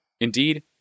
Indeed